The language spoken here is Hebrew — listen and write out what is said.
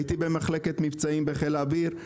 הייתי במחלקת מבצעים בחיל האוויר,